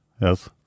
Yes